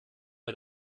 mit